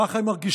כך הם מרגישים.